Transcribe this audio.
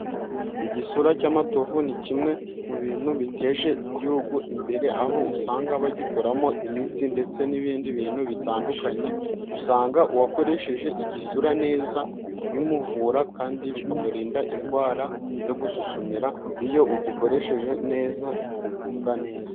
igisura cy'amatovu ni kimwe mu bintu biteje igihugu imbere aho usanga bagikoramo imiti ndetse n'ibindi bintu bitandukanye, usanga uwakoresheje igisura neza bimuvura kandi bikamurinda indwara yo gususumira iyo ugikoresheje neza ugubwa neza.